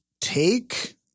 take